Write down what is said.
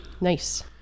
Nice